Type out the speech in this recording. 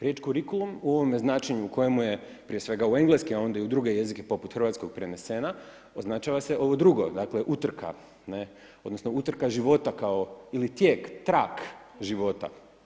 Riječ kurikulum u ovome značenju u kojemu je prije svega u engleski a onda i u druge jezike poput hrvatskog prenesena označava se ovo drugo, dakle utrka, odnosno utrka života kao ili tijek, trak života.